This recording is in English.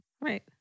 Right